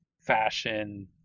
fashion